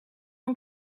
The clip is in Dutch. een